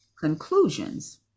conclusions